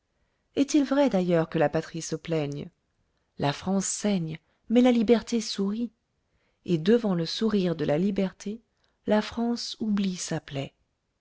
est-il vrai d'ailleurs que la patrie se plaigne la france saigne mais la liberté sourit et devant le sourire de la liberté la france oublie sa plaie